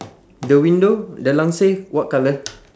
the window the langsir what colour